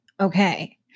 Okay